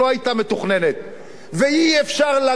ואי-אפשר להגיד שזה קרה באירופה,